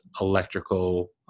electrical